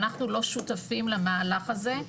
אנחנו לא שותפים למהלך הזה,